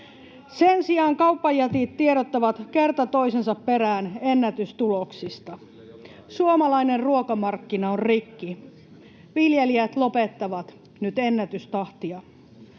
Sen sijaan kauppajätit tiedottavat kerta toisensa perään ennätystuloksista. Suomalainen ruokamarkkina on rikki. Viljelijät lopettavat nyt ennätystahtia.